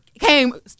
came